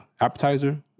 appetizer